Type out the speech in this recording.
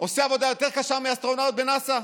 עושה עבודה יותר קשה מאסטרונאוט בנאס"א?